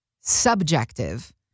subjective